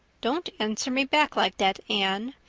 don't answer me back like that, anne.